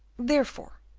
therefore,